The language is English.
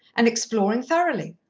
and exploring thoroughly.